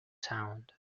sound